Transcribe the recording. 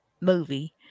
movie